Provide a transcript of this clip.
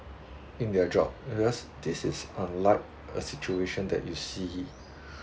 in their job areas this is unlike a situation that you see